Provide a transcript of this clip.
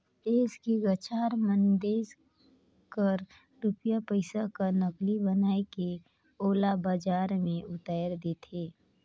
देस कर गद्दार मन देस कर रूपिया पइसा कर नकली बनाए के ओला बजार में उताएर देथे